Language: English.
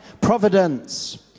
Providence